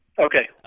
Okay